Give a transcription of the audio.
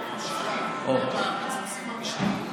ואתם ממשיכים את הפיצוצים המשניים.